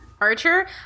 Archer